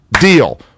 deal